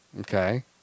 Okay